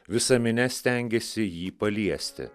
visa minia stengėsi jį paliesti